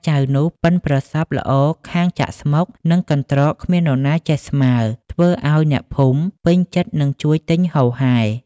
ចៅនោះប៉ិនប្រសប់ល្អខាងចាក់ស្មុគនិងកន្ត្រកគ្មាននរណាចេះស្មើ ធ្វើឱ្យអ្នកភូមិពេញចិត្តនិងជួយទិញហូរហែ។